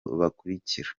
bakurikira